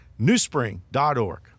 newspring.org